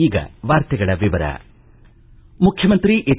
ಈಗ ವಾರ್ತೆಗಳ ವಿವರ ಮುಖ್ಯಮಂತ್ರಿ ಎಚ್